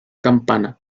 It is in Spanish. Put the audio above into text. campana